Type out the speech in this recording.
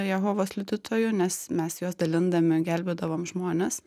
jehovos liudytojų nes mes juos dalindami gelbėdavom žmones